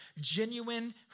genuine